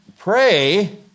pray